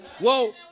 Whoa